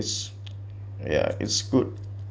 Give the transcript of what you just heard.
it's ya it's good